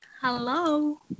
Hello